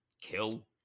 kill